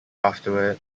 afterward